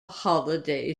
holiday